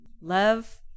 Love